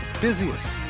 busiest